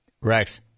Rex